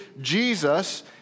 Jesus